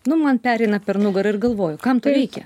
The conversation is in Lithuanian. nu man pereina per nugarą ir galvoju kam to reikia